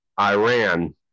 Iran